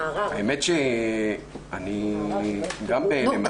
האמת היא שאני גם בהלם.